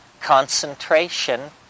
concentration